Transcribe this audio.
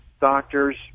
doctors